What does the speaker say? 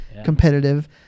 competitive